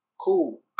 Cool